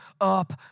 up